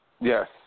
Yes